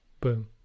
Boom